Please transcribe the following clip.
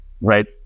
right